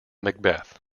macbeth